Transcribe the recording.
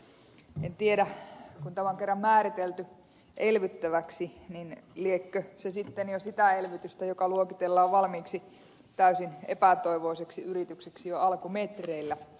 en tiedä kun tämä on kerran määritelty elvyttäväksi liekö se sitten jo sitä elvytystä joka luokitellaan valmiiksi täysin epätoivoiseksi yritykseksi jo alkumetreillä